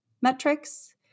metrics